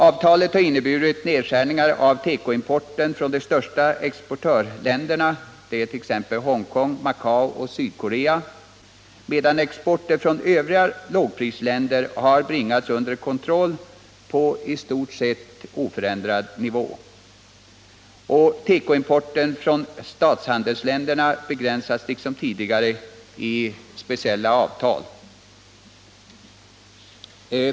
Avtalen har inneburit nedskärningar av tekoimporten från de största exportländerna, bl.a. Hongkong, Macao och Sydkorea, medan exporten från övriga lågprisländer har bringats under kontroll på en i stort sett oförändrad nivå. Tekoimporten från statshandelsländerna begränsas liksom tidigare genom speciella avtal.